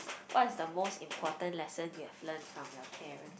what is the most important lesson you have learn from your parent